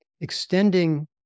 extending